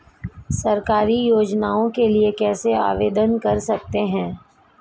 सरकारी योजनाओं के लिए कैसे आवेदन कर सकते हैं?